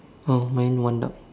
oh mine one dog